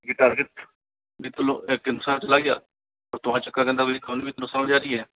ये टारगेट जितने लोग एक इंसान चला गया तो तुम्हारे चक्कर मे तो मेरी कभी भी नुकसान हो जा रही है